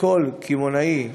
כל קמעונאי,